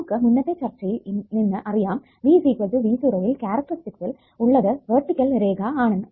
നമുക്ക് മുന്നത്തെ ചർച്ചയിൽ നിന്ന് അറിയാം V V0 യിൽ കാരക്ടറിസ്റ്റിക്സ്സിൽ ഉള്ളത് വെർട്ടിക്കൽ രേഖ ആണെന്ന്